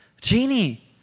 Genie